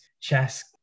chess